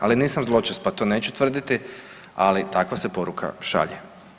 Ali nisam zločest, pa to neću tvrditi, ali takva se poruka šalje.